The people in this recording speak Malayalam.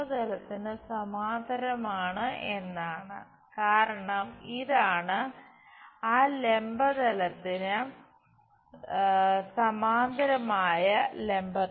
ഇങ്ങനെയാണ് അത് നമ്മൾ മനസ്സിലാക്കേണ്ടത്